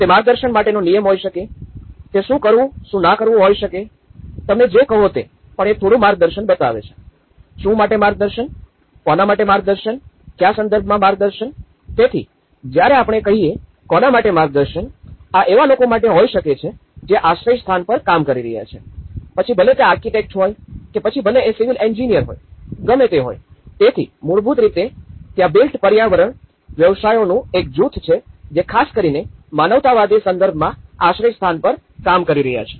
તે માર્ગદર્શન માટેનો નિયમ હોય શકે તે શું કરવું શું ના કરવું હોય શકે તમે જે કહો તે પણ એ થોડું માર્ગદર્શન બતાવે છે શાના માટે માર્ગદર્શન કોના માટે માર્ગદર્શન ક્યાં સંદર્ભમાં માર્ગદર્શન તેથી જયારે આપણે કહીયે કોના માટે માર્ગદર્શન આ એવા લોકો માટે હોઈ શકે છે જે આશ્રયસ્થાન પર કામ કરી રહ્યા છે પછી ભલે તે આર્કિટેક્ટ હોય કે પછી ભલે એ સિવિલ એન્જીનીર હોય ગમે તે હોય તેથી મૂળભૂત રીતે ત્યાં બિલ્ટ પર્યાવરણ વ્યવસાયોનું જૂથ છે જે ખાસ કરીને માનવતાવાદી સંદર્ભમાં આશ્રયસ્થાન પર કામ કરી રહ્યા છે